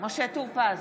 משה טור פז,